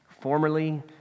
Formerly